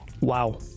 wow